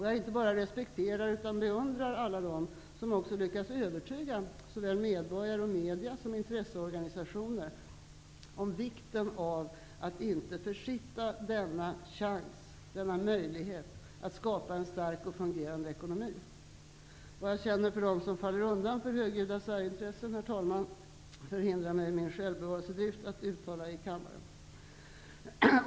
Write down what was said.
Jag inte bara respekterar utan beundrar alla dem som också lyckas övertyga såväl medborgare, medier som intresseorganisationer om vikten av att inte försitta denna möjlighet att skapa en stark och fungerande ekonomi. Vad jag känner för alla dem som faller undan för högljudda särintressen, herr talman, förhindrar min självbevarelsedrift att jag uttalar i denna kammare.